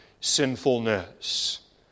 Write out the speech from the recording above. sinfulness